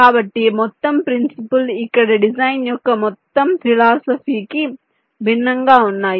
కాబట్టి మొత్తం ప్రిన్సిపుల్ ఇక్కడ డిజైన్ యొక్క మొత్తం ఫిలాసఫీ కి భిన్నంగా వున్నాయి